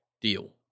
deal